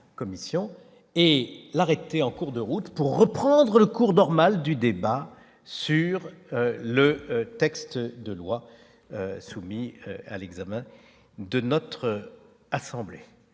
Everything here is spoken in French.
et l'arrêter en cours de route pour reprendre le cours normal du débat sur le texte de loi soumis à l'examen de notre assemblée,